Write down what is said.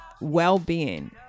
well-being